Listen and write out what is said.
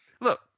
Look